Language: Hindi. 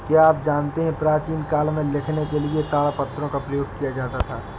क्या आप जानते है प्राचीन काल में लिखने के लिए ताड़पत्रों का प्रयोग किया जाता था?